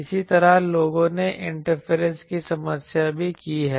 इसी तरह लोगों ने इंटरफेरेंस की समस्या भी की है